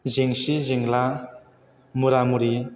जेंसि जेंला मुरा मुरि